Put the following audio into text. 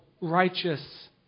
righteous